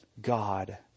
God